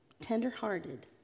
tenderhearted